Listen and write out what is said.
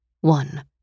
One